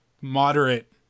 moderate